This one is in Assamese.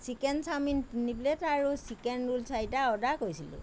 চিকেন চাওমিন তিনি প্লেট আৰু চিকেন ৰোল চাৰিটা অৰ্ডাৰ কৰিছিলোঁ